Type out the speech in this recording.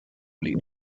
liegt